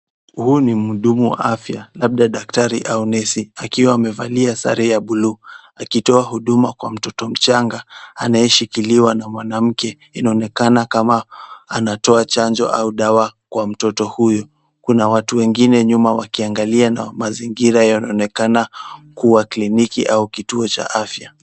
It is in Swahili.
Huyu ni mhudumu wa afya labda daktari au nesi akiwa amevalia sare ya buluu akitoa huduma kwa mtoto mchanga anayeshikiliwa na mwanamke. Inaonekana kama anatoa chanjo au dawa kwa mtoto huyu. Kuna watu wengine nyuma wakiangalia na mazingira yanaonekana kuwa kliniki au kituo cha afya.